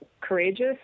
courageous